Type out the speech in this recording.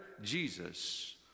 jesus